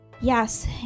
Yes